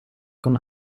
con